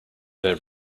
their